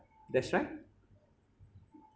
that's right